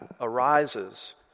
arises